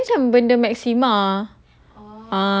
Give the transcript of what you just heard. I think benda macam benda maxima